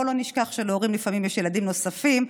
בואו לא נשכח שלהורים לפעמים יש ילדים נוספים,